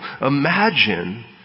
Imagine